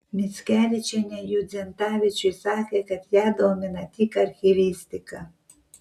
mickevičienė judzentavičiui sakė kad ją domina tik archyvistika